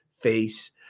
face